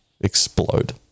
explode